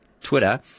Twitter